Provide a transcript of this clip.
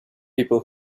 people